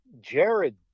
jared